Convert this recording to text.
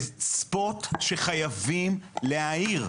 זה ספוט שחייבים להאיר.